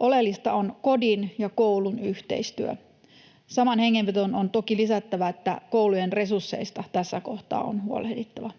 Oleellista on kodin ja koulun yhteistyö. Samaan hengenvetoon on toki lisättävä, että koulujen resursseista tässä kohtaa on huolehdittava.